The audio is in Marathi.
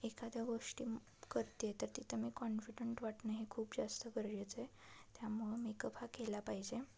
एखाद्या गोष्टी करते आहे तर तिथं मी कॉन्फिडंट वाटणं हे खूप जास्त गरजेचं आहे त्यामुळं मेकअप हा केला पाहिजे